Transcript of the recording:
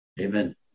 Amen